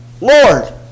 lord